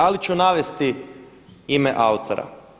Ali ću navesti ime autora.